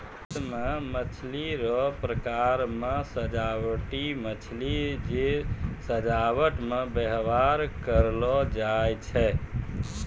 भारत मे मछली रो प्रकार मे सजाबटी मछली जे सजाबट मे व्यवहार करलो जाय छै